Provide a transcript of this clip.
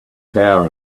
tower